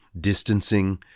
distancing